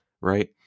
right